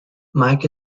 mike